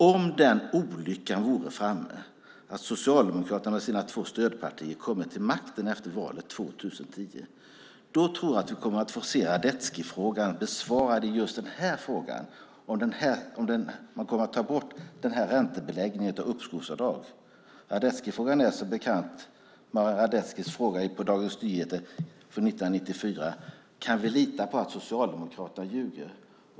Om olyckan är framme och Socialdemokraterna med sina två stödpartier kommer till makten efter valet 2010 tror jag att vi kommer att få se Radetzkifrågan besvarad just när det gäller om man kommer att ta bort räntebeläggningen på uppskovsavdrag. Radetzkifrågan är som bekant Marian Radetzkis fråga i Dagens Nyheter 1994: Kan vi lita på att Socialdemokraterna ljuger?